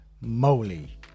moly